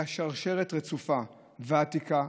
אלא שרשרת רצופה ועתיקה,